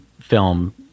film